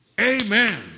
Amen